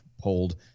pulled